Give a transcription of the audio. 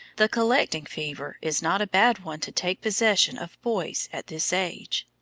the collecting fever is not a bad one to take possession of boys at this age.